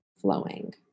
flowing